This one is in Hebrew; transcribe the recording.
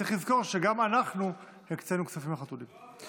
צריך לזכור שגם אנחנו הקצינו כספים לחתולים.